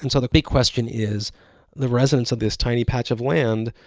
and so the big question is the residents of this tiny patch of land,